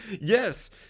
yes